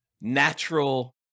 natural